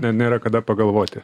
ne nėra kada pagalvoti